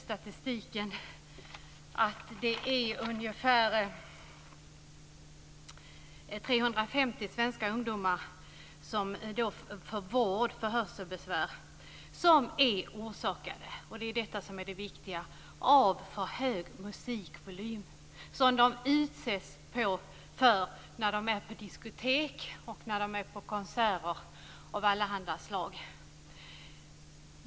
Statistiken visar att ungefär 350 svenska ungdomar får vård för hörselbesvär som är orsakade - och det är detta som är det viktiga - av för hög musikvolym som de utsätts för på diskotek och konserter av allehanda slag.